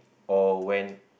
or when